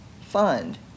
fund